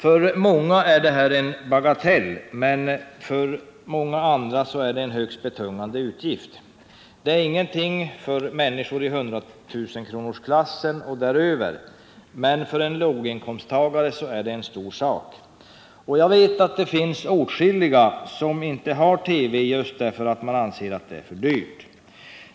För många är det här en bagatell, men för många andra är det en högst betungande utgift. Det är ingenting för människor” i 100 000-kronorsklassen och däröver, men för en låginkomsttagare är det en stor sak. Jag vet att det finns åtskilliga som inte har TV, just därför att de anser att det är för dyrt.